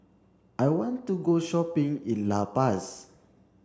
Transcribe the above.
I want to go shopping in La Paz